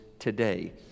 Today